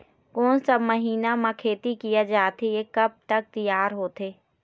कोन सा महीना मा खेती किया जाथे ये कब तक तियार होथे?